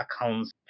accounts